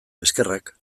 eskerrak